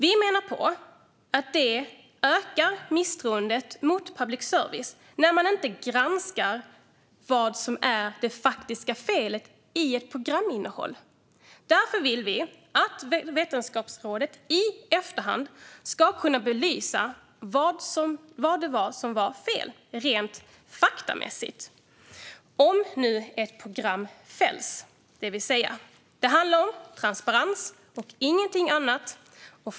Vi menar att det ökar misstroendet mot public service när man inte granskar vad som är det faktiska felet i ett programinnehåll. Därför vill vi att vetenskapsrådet i efterhand ska kunna belysa vad det var som var fel, rent faktamässigt, om nu ett program fälls, vill säga. Det handlar om transparens och ingenting annat.